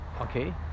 okay